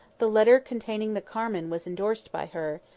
the letter containing the carmen was endorsed by her,